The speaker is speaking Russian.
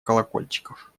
колокольчиков